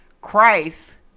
Christ